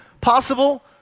possible